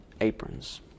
aprons